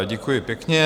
Děkuji pěkně.